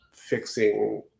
Fixing